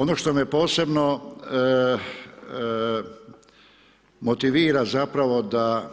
Ono što me posebno motivira zapravo da